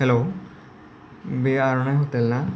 हेल' बे आर'नाइ हटेल ना